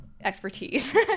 expertise